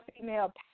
female